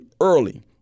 early